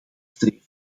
streven